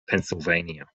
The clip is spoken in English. pennsylvania